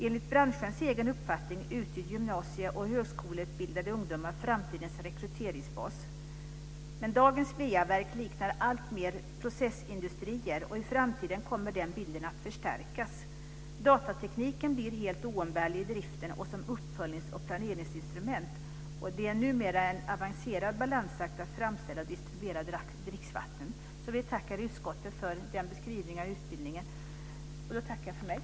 Enligt branschens egen uppfattning utgör gymnasie och högskoleutbildade ungdomar framtidens rekryteringsbas. Dagens va-verk liknar alltmer processindustrier, och i framtiden kommer den bilden att förstärkas. Datatekniken blir helt oumbärlig i driften och som uppföljnings och planeringsinstrument, och det är numera en avancerad balansakt att framställa och distribuera dricksvatten. Vi tackar utskottet för den beskrivningen av utbildningen.